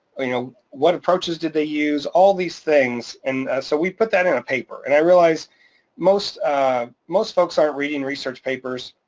you know what approaches did they use? all these things, and so we put that in a paper and i realized most most folks aren't reading research papers.